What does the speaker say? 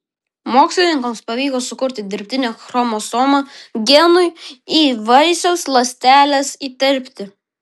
mokslininkams pavyko sukurti dirbtinę chromosomą genui į vaisiaus ląsteles įterpti